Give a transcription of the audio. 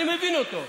אני מבין אותו,